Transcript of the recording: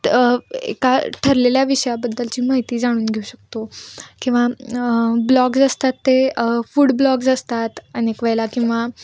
त एका ठरलेल्या विषयाबद्दलची माहिती जाणून घेऊ शकतो किंवा ब्लॉग्स असतात ते फूड ब्लॉग्स असतात अनेक वेळेला किंवा